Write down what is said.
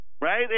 right